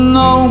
no